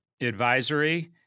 advisory